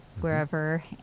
Wherever